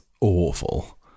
awful